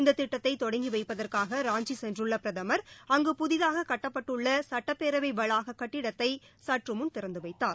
இந்த திட்டத்தை தொடங்கி வைப்பதற்காக ராஞ்சி சென்றுள்ள பிரதமர் அங்கு புதிதாக கட்டப்பட்டுள்ள சட்டப்பேரவை வளாகக் கட்டிடத்தை கட்டிடத்தை சற்று முன் திறந்து வைத்தார்